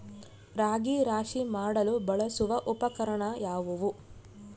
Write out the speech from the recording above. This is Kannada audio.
ರಾಗಿ ರಾಶಿ ಮಾಡಲು ಬಳಸುವ ಉಪಕರಣ ಯಾವುದು?